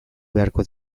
beharko